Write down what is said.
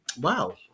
Wow